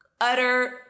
utter